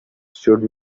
should